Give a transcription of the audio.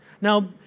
Now